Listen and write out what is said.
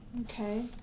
Okay